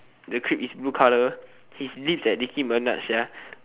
the crib is blue colour his lips like Nicki Minaj sia